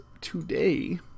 today